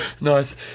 Nice